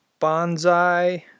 Bonsai